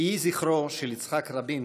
יהי זכרו של יצחק רבין